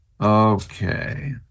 okay